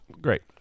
Great